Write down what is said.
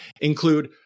include